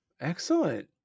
Excellent